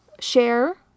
share